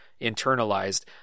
internalized